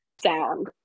sound